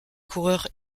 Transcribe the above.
coureur